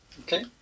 Okay